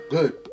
Good